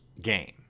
game